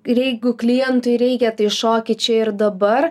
ir jeigu klientui reikia tai šoki čia ir dabar